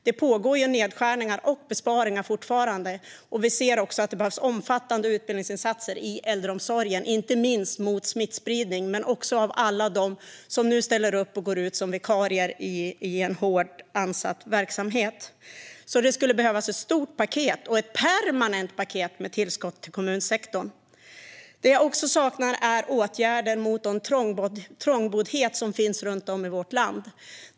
Det pågår fortfarande nedskärningar och besparingar, och vi ser också att det behövs omfattande utbildningsinsatser i äldreomsorgen, inte minst för att förhindra smittspridning men också riktat mot alla dem som nu ställer upp och går ut som vikarier i en hårt ansatt verksamhet. Det skulle alltså behövas ett stort, permanent paket med tillskott till kommunsektorn. Det jag också saknar är åtgärder mot den trångboddhet som finns runt om i vårt land.